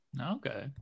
Okay